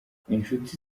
inshuti